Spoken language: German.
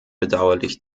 bedauerlich